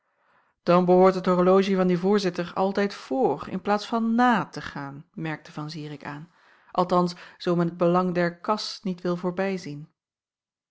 dan behoort het horologie van den voorzitter altijd voor in plaats van na te gaan merkte van zirik aan althans zoo men het belang der kas niet wil